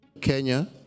Kenya